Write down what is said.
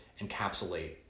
encapsulate